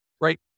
right